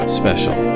special